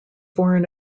foreign